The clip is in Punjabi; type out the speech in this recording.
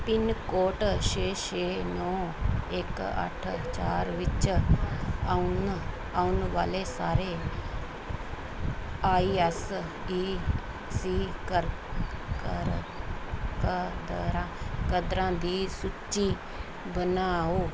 ਪਿੰਨ ਕੋਟ ਛੇ ਛੇ ਨੌਂ ਇੱਕ ਅੱਠ ਚਾਰ ਵਿੱਚ ਆਉਣ ਆਉਣ ਵਾਲੇ ਸਾਰੇ ਆਈ ਐਸ ਈ ਸੀ ਕਦਰਾਂ ਦੀ ਸੂਚੀ ਬਣਾਓ